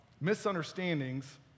misunderstandings